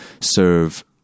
serve